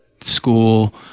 school